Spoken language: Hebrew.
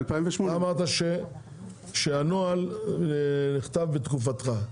מ- 2008. אמרת שהנוהל נכתב בתקופתך,